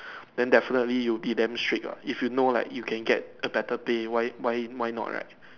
then definitely you will be damn strict lah if you know like you can get a better pay why why why not right